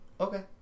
Okay